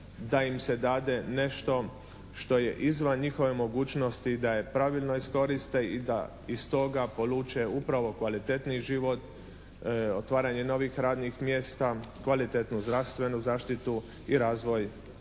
da im se dade nešto što je izvan njihove mogućnosti, da je pravilno iskoriste i da iz toga poluče upravo kvalitetniji život, otvaranje novih radnih mjesta, kvalitetnu zdravstvenu zaštitu i razvoj